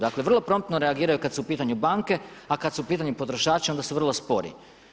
Dakle vrlo promptno reagiraju kada su u pitanju banke a kada su u pitanju potrošači onda su vrlo spori.